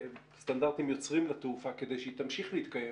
סטנדרטים יוצרים לתעופה כדי שהיא תמשיך להתקיים